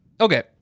Okay